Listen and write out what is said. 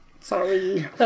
Sorry